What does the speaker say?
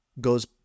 goes